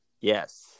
Yes